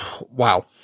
Wow